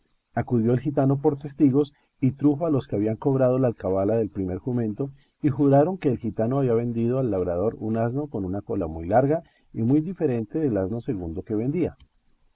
acudió el gitano por testigos y trujo a los que habían cobrado la alcabala del primer jumento y juraron que el gitano había vendido al labrador un asno con una cola muy larga y muy diferente del asno segundo que vendía